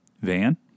Van